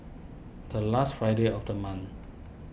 the last Friday of the month